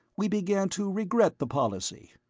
we began to regret the policy,